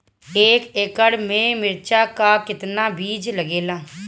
एक एकड़ में मिर्चा का कितना बीज लागेला?